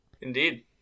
Indeed